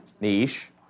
Niche